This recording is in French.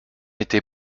était